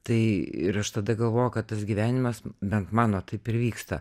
tai ir aš tada galvo kad tas gyvenimas bent mano taip ir vyksta